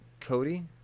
Cody